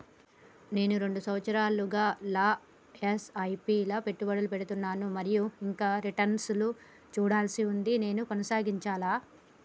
నేను రెండు సంవత్సరాలుగా ల ఎస్.ఐ.పి లా పెట్టుబడి పెడుతున్నాను మరియు ఇంకా రిటర్న్ లు చూడాల్సి ఉంది నేను కొనసాగాలా?